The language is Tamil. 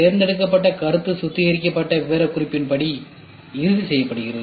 தேர்ந்தெடுக்கப்பட்ட கருத்து துல்லியமான விவரக்குறிப்பின் படி இறுதி செய்யப்படுகிறது